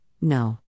No